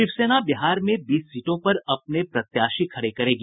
शिवसेना बिहार में बीस सीटों पर अपने प्रत्याशी खड़े करेगी